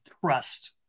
trust